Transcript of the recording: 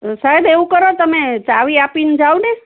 સાયેબ એવું કરો તમે ચાવી આપીન જાવને